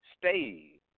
stay